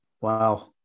Wow